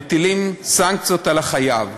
מטילים סנקציות על החייב.